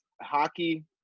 Hockey